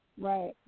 Right